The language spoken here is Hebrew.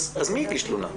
אז מי יגיש תלונה?